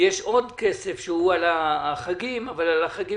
ויש עוד כסף שהוא על החגים אבל על החגים